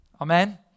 Amen